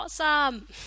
Awesome